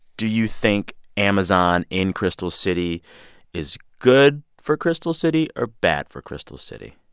do you think amazon in crystal city is good for crystal city or bad for crystal city?